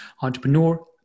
entrepreneur